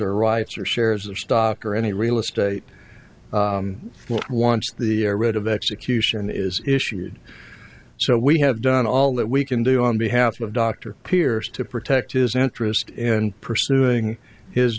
or rights or shares of stock or any real estate wants the red of execution is issued so we have done all that we can do on behalf of dr pierce to protect his interest in pursuing his